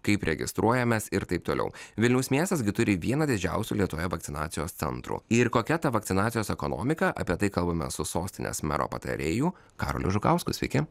kaip registruojamės ir taip toliau vilniaus miestas gi turi vieną didžiausių lietuvoje vakcinacijos centrų ir kokia ta vakcinacijos ekonomika apie tai kalbamės su sostinės mero patarėju karoliu žukausku sveiki